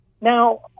Now